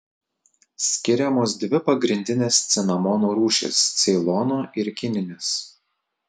skiriamos dvi pagrindinės cinamono rūšys ceilono ir kininis